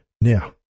Now